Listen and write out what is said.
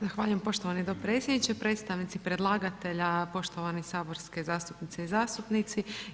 Zahvaljujem poštovani dopredsjedniče, predstavnici predlagatelja, poštovane saborske zastupnici i zastupnici.